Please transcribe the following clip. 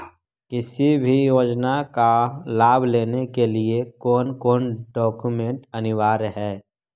किसी भी योजना का लाभ लेने के लिए कोन कोन डॉक्यूमेंट अनिवार्य है?